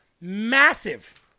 massive